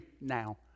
now